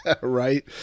right